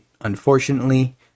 Unfortunately